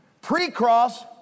Pre-cross